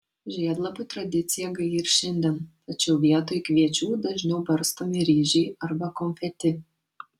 žiedlapių tradicija gaji ir šiandien tačiau vietoj kviečių dažniau barstomi ryžiai arba konfeti